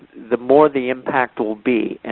the more the impact will be. and